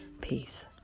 Peace